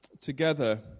together